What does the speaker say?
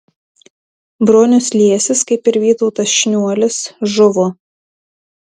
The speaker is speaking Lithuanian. bronius liesis kaip ir vytautas šniuolis žuvo